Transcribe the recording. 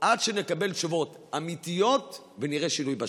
עד שנקבל תשובות אמיתיות ונראה שינוי בשטח.